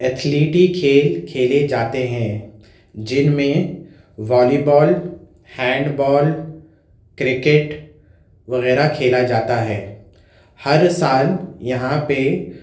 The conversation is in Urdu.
ایتھلیٹی کھیل کھیلے جاتے ہیں جن میں volleyball handball cricket وغیرہ کھیلا جاتا ہے ہر سال یہاں پہ